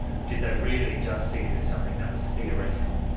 did they really just see it as something that was theoretical?